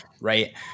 Right